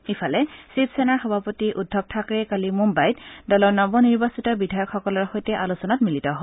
ইফালে শিৱসেনাৰ সভাপতি উদ্ধৱ থাকৰে কালি মুম্বাইত দলৰ নৱনিৰ্বাচিত বিধায়কসকলৰ সৈতে আলোচনাত মিলিত হয়